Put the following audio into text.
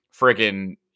freaking